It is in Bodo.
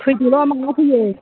फैदोल' माला फैयो